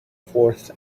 fourth